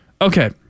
Okay